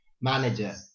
manager